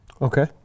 Okay